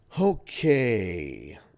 Okay